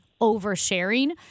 oversharing